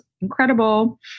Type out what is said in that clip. incredible